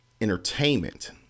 entertainment